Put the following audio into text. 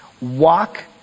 Walk